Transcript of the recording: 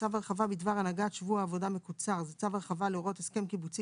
"צו הרחבה בדבר הנהגת שבוע עבודה מקוצר" צו הרחבה להוראות הסכם קיבוצי